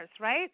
right